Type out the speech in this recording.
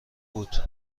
بود